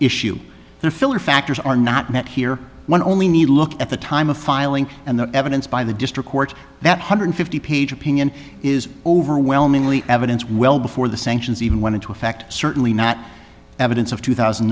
issue there filler factors are not met here one only need look at the time of filing and the evidence by the district court that hundred fifty page opinion is overwhelmingly evidence well before the sanctions even went into effect certainly not evidence of two thousand